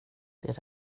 det